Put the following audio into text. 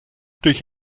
durch